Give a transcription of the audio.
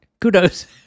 Kudos